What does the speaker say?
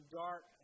dark